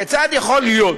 כיצד יכול להיות